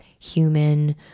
human